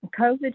COVID